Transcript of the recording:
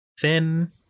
thin